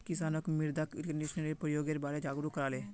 किसानक मृदा कंडीशनरेर प्रयोगेर बारे जागरूक कराले